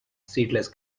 seedless